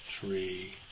three